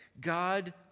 God